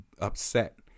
upset